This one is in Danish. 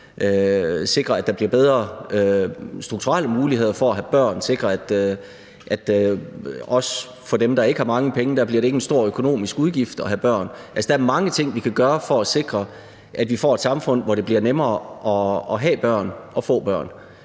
sikrer, at der bliver bedre strukturelle muligheder for at have børn, sikrer, at det også for dem, der ikke har mange penge, ikke bliver en stor økonomisk udgift at have børn. Altså, der er mange ting, vi kan gøre for at sikre, at vi får et samfund, hvor det bliver nemmere at have børn og få børn.